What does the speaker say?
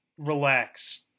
relax